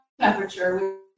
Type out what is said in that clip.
temperature